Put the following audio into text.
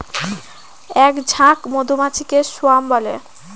এক ঝাঁক মধুমাছিকে স্বোয়াম বলে